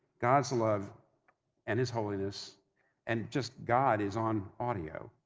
god's love and his holiness and just god is on audio.